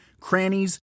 crannies